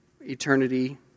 eternity